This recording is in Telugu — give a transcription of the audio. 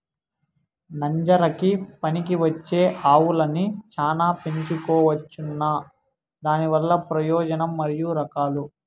నంజరకి పనికివచ్చే ఆవులని చానా పెంచుకోవచ్చునా? దానివల్ల ప్రయోజనం మరియు రకాలు?